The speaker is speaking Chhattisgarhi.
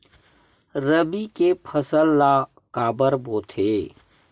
रबी के फसल ला काबर बोथे?